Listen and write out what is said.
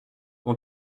mon